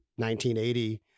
1980